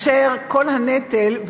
אשר כל הנטל,